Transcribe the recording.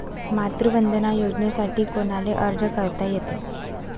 मातृवंदना योजनेसाठी कोनाले अर्ज करता येते?